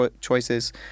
choices